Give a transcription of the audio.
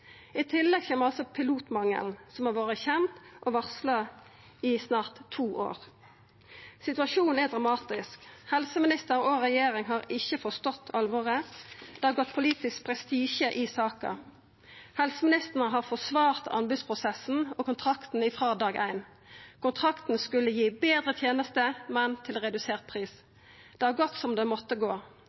I tillegg kjem pilotmangelen, som har vore kjend og varsla i snart to år. Situasjonen er dramatisk. Helseministeren og regjeringa har ikkje forstått alvoret. Det har gått politisk prestisje i saka. Helseministeren har forsvart anbodsprosessen og kontrakten frå dag éin. Kontrakten skulle gi betre tenester, men til redusert pris. Det har gått som det måtte gå.